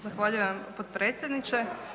Zahvaljujem potpredsjedniče.